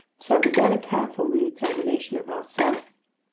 so i began a careful reexamination of our cell.